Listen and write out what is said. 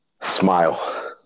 Smile